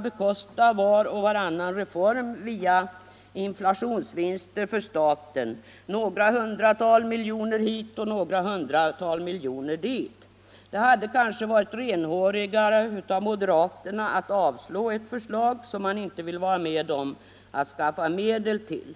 bekosta snart sagt var och varannan reform via inflationsvinster för staten, några hundra miljoner hit och några hundra miljoner dit. Då hade det väl varit renhårigare av moderaterna att avslå ett förslag som man inte vill vara med om att skaffa medel till.